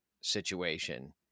situation